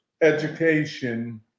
education